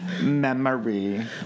memory